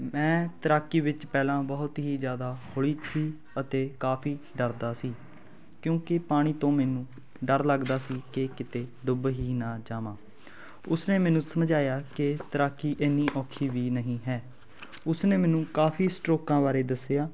ਮੈਂ ਤੈਰਾਕੀ ਵਿੱਚ ਪਹਿਲਾਂ ਬਹੁਤ ਹੀ ਜ਼ਿਆਦਾ ਹੌਲੀ ਸੀ ਅਤੇ ਕਾਫੀ ਡਰਦਾ ਸੀ ਕਿਉਂਕਿ ਪਾਣੀ ਤੋਂ ਮੈਨੂੰ ਡਰ ਲੱਗਦਾ ਸੀ ਕਿ ਕਿਤੇ ਡੁੱਬ ਹੀ ਨਾ ਜਾਵਾਂ ਉਸਨੇ ਮੈਨੂੰ ਸਮਝਾਇਆ ਕਿ ਤੈਰਾਕੀ ਇੰਨੀ ਔਖੀ ਵੀ ਨਹੀਂ ਹੈ ਉਸਨੇ ਮੈਨੂੰ ਕਾਫੀ ਸਟਰੋਕਾਂ ਬਾਰੇ ਦੱਸਿਆ